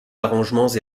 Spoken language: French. arrangements